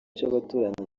cy’abaturanyi